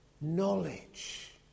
knowledge